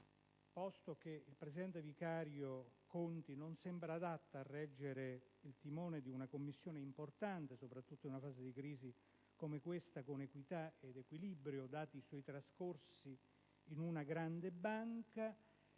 (posto che il presidente vicario Conti non sembra adatto a reggere il timone di una Commissione importante, soprattutto in una fase di crisi come questa, con equità ed equilibrio, dati i suoi trascorsi in una grande banca),